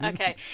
Okay